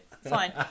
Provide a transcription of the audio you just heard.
fine